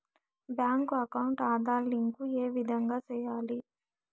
Bank account Aadhaar link ఏ విధంగా సెయ్యాలి?